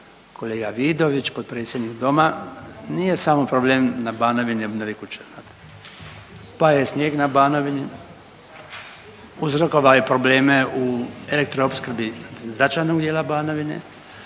kolega Vidović potpredsjednik doma, nije samo problem na Banovini i obnovi kuća, pa je snijeg na Banovini uzrokovao je probleme u elektroopskrbi značajnog dijela Banovine.